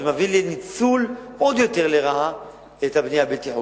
זה מביא לניצול לרעה של הבנייה הבלתי-חוקית.